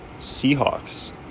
Seahawks